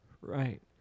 right